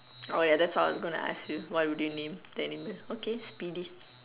orh ya that's what I was gonna ask you what would you name the animal okay speedy